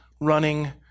running